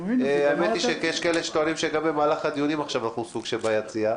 האמת היא שיש כאלה שטוענים שגם במהלך הדיונים עכשיו אנחנו סוג של ביציע,